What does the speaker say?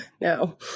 no